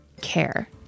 care